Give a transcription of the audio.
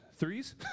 Threes